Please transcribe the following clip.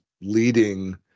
leading